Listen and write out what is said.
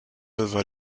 leva